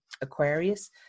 Aquarius